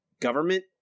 government